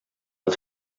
els